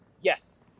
yes